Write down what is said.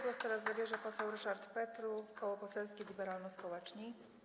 Głos teraz zabierze poseł Ryszard Petru, Koło Poselskie Liberalno-Społeczni.